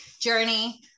journey